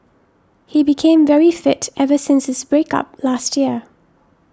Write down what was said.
he became very fit ever since his break up last year